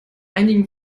einigen